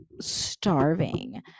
starving